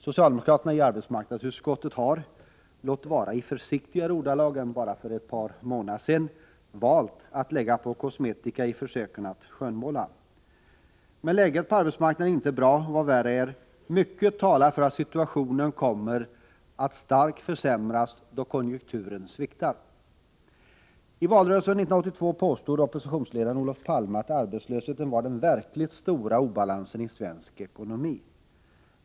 Socialdemokraterna i arbetsmarknadsutskottet har — låt vara i försiktigare ordalag än för bara ett par månader sedan — valt att lägga på kosmetika i försöken att skönmåla. Men läget på arbetsmarknaden är inte bra, och vad värre är: mycket talar för att situationen kommer att starkt försämras då konjunkturen sviktar. I valrörelsen 1982 påstod oppositionsledaren Olof Palme att arbetslösheten var den verkligt stora obalansen i svensk ekonomi.